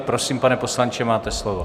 Prosím, pane poslanče, máte slovo.